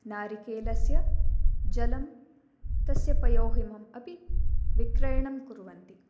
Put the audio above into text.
नारिकेलस्य जलं तस्य पयोहिमम् अपि विक्रयणं कुर्वन्ति